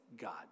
God